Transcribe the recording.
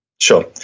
Sure